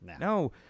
no